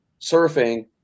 surfing